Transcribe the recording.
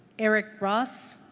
eric ross?